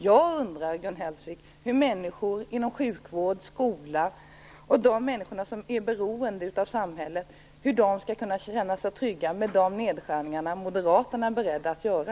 Jag undrar hur människor inom sjukvård, skola och de människor som blir beroende av samhället skall kunna känna sig trygga med de nedskärningar Moderaterna är beredda att göra.